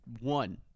one